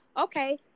Okay